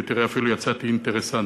ותראה, אפילו יצאתי אינטרסנט.